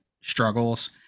struggles